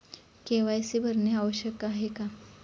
KYC भरणे आवश्यक आहे का?